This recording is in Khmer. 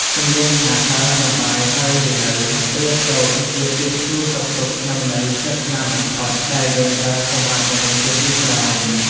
សំណួរថាតើញ៉ាំបាយហើយឬនៅប្រៀបដូចជាពាក្យសួរសុខទុក្ខក្នុងន័យស្និទ្ធស្នាលបំផុតដែលយើងប្រើសម្រាប់មនុស្សជាទីស្រឡាញ់។